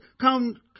come